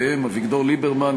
והם: אביגדור ליברמן,